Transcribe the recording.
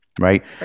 Right